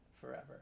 forever